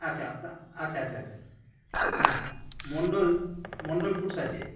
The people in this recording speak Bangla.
আচ্ছা তা আচ্ছা আচ্ছা আচ্ছা হ্যাঁ মণ্ডল মণ্ডল ফুডস আছে